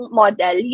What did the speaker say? model